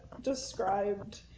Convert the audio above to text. described